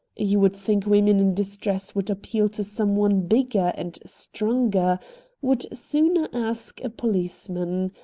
you would think women in distress would appeal to some one bigger and stronger would sooner ask a policeman.